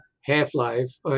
half-life